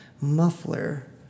muffler